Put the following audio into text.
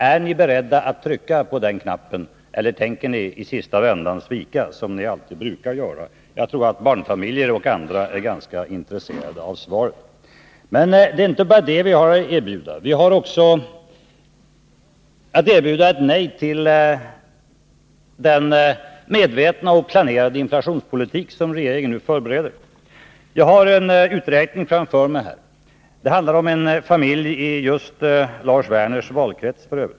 Är ni beredda att trycka på den knappen, eller tänker ni i sista vändan svika, som ni alltid brukar göra? Jag tror att barnfamiljer och andra är ganska intresserade av svaret. Men vi har också att erbjuda ett nej till den medvetna och planerade inflationspolitik som regeringen nu förbereder. Jag har en uträkning framför mig. Den gäller en familj i Lars Werners valkrets.